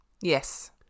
Yes